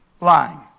Lying